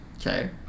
Okay